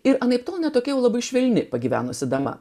ir anaiptol ne tokia labai švelni pagyvenusi dama